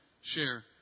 share